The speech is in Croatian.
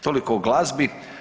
Toliko o glazbi.